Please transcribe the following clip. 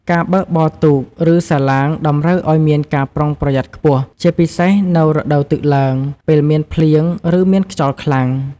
ការបើកបរទូក ឬសាឡាងតម្រូវឲ្យមានការប្រុងប្រយ័ត្នខ្ពស់ ជាពិសេសនៅរដូវទឹកឡើង ពេលមានភ្លៀង ឬមានខ្យល់ខ្លាំង។